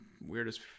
weirdest